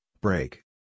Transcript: Break